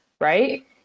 right